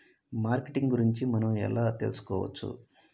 Marketing గురించి మనం ఎలా తెలుసుకోవచ్చు?